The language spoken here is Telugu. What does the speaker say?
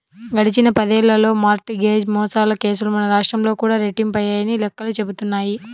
గడిచిన పదేళ్ళలో మార్ట్ గేజ్ మోసాల కేసులు మన రాష్ట్రంలో కూడా రెట్టింపయ్యాయని లెక్కలు చెబుతున్నాయి